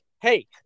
Hey